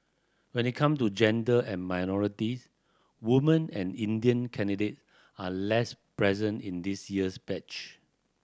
when it come to gender and minorities women and Indian candidate are less present in this year's batch